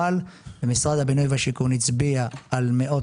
אבל משרד הבינוי והשיכון הצביע על מאות